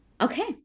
okay